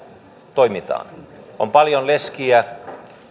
toimitaan on paljon leskiä